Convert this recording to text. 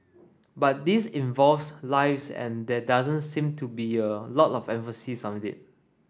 but this involves lives and there doesn't seem to be a lot of emphasis on it